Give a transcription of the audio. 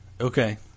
Okay